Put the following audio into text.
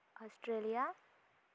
Australia